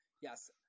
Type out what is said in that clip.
Yes